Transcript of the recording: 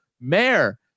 Mayor